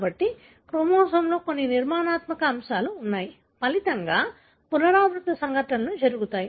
కాబట్టి క్రోమోజోమ్లో కొన్ని నిర్మాణాత్మక అంశాలు ఉన్నాయి ఫలితంగా పునరావృత సంఘటనలు జరుగుతాయి